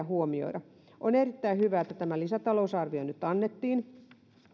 huomioida on erittäin hyvä että tämä lisätalousarvio nyt annettiin